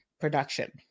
production